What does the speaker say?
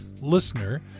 Listener